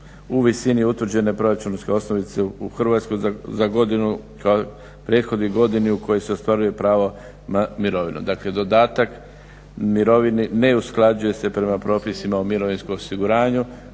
u visini utvrđene proračunske osnovice u Hrvatskoj za godinu kao i prethodnoj godini u kojoj se ostvaruju prava na mirovinu. Dakle, dodatak mirovini ne usklađuje se prema propisima u mirovinskom osiguranju